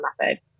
method